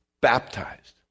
Baptized